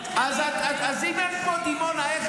אין כמו דימונה, אין.